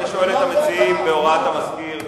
בהוראת המזכיר,